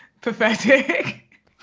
pathetic